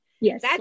Yes